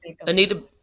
Anita